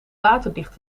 waterdicht